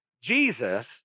Jesus